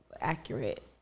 accurate